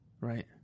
Right